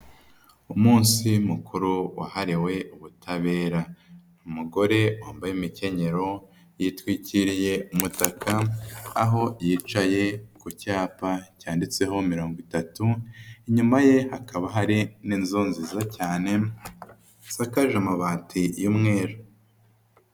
Umunsi mukuru wahariwe ubutabera. Umugore wambaye imikenyero, yitwikiriye umutaka aho yicaye ku cyapa cyanditseho mirongo itatu, inyuma ye hakaba hari n'inzu nziza cyane, zisakaje amabati y'umweru.